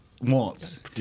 wants